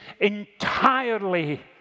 entirely